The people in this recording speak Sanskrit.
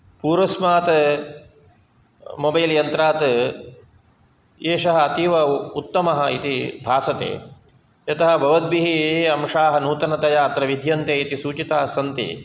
पूर्वस्मात् मोबैल् यन्त्रात् एषः अतीव उत्तमः इति भासते यतः भवद्भिः अंशाः नूतनतया अत्र विद्यन्ते इति सूचिताः सन्ति